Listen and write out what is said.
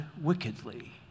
wickedly